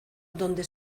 donde